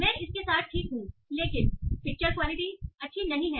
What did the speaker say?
मैं इसके साथ ठीक हूं लेकिन पिक्चर क्वालिटी अच्छी नहीं है